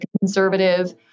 conservative